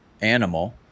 animal